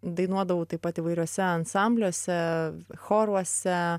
dainuodavau taip pat įvairiuose ansambliuose choruose